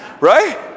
Right